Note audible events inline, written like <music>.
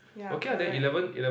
yeah correct <breath>